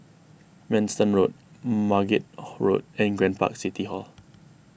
Manston Road Margate Road and Grand Park City Hall